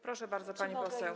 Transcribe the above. Proszę bardzo, pani poseł.